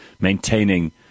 maintaining